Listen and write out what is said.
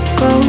go